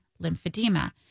lymphedema